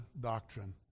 doctrine